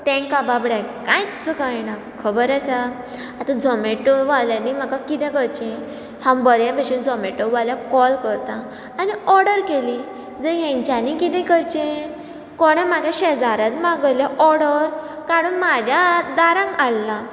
तांकां बाबड्यांक कांयच कयणा खबर आसा आतां झोमेटो वाल्यांनी म्हाका किदें करचें हांव बरें भशेन झोमेटो वाल्याक कॉल करता आनी ऑर्डर केली जर हेंच्यांनी किदें करचें कोणे म्हज्या शेजाऱ्यान मागयल्या ऑर्डर काडून म्हाज्या दारान हाडलां